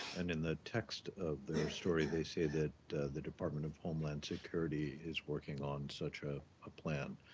and in the text of their story, they say that the department of homeland security is working on such a ah plan.